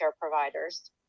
providers